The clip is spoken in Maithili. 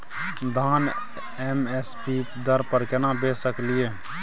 धान एम एस पी दर पर केना बेच सकलियै?